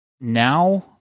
now